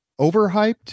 overhyped